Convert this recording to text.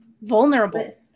Vulnerable